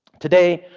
today,